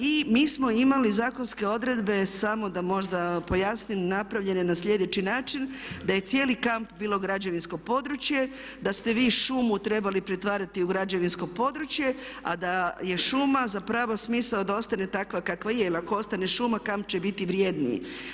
I mi smo imali zakonske odredbe, samo da možda pojasnim, napravljene na sljedeći način, da je cijeli kamp bilo građevinsko područje, da ste vi šumu trebali pretvarati u građevinsko područje a da je šuma zapravo smisao da ostane takva kakva je jer ako ostane šuma kamp će biti vrjedniji.